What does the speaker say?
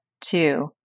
two